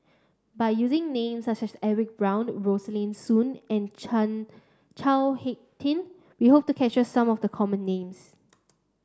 by using names such as Edwin Brown Rosaline Soon and Chao Hick Tin we hope to capture some of the common names